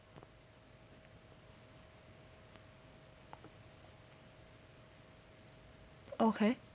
okay